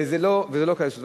זה לא על כייסות.